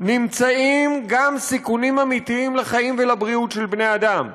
נמצאים גם סיכונים אמיתיים לחיים ולבריאות של בני אדם.